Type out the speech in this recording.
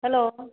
hello